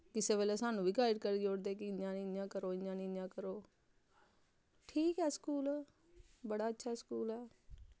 कुसै बेल्लै सानूं बी गाईड करी ओड़दे कि इ'यां निं इ'यां करो इ'यां निं इ'यां करो ठीक ऐ स्कूल बड़ा अच्छा स्कूल ऐ